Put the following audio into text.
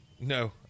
no